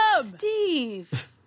Steve